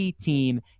team